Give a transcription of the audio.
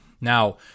Now